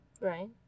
right